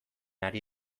ari